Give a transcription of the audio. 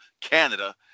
Canada